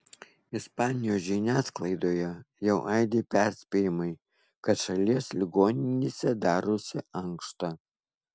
ispanijos žiniasklaidoje jau aidi perspėjimai kad šalies ligoninėse darosi ankšta